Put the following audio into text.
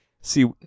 See